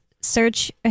search